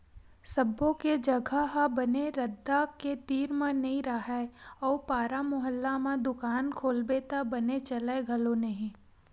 सब्बो के जघा ह बने रद्दा के तीर म नइ राहय अउ पारा मुहल्ला म दुकान खोलबे त बने चलय घलो नहि